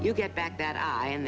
you get back that i